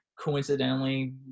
coincidentally